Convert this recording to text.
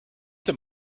dem